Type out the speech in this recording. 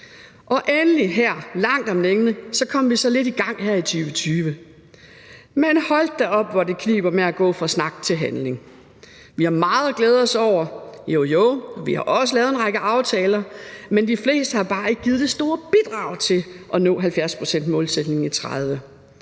Endelig, langt om længe, kom vi så lidt i gang her i 2020. Men hold da op, hvor det kniber med at gå fra snak til handling. Vi har meget at glæde os over – jo, jo – og vi har vi har også lavet en række aftaler. Men de fleste har bare ikke givet det store bidrag til at nå 70-procentsmålsætningen i 2030.